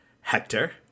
Hector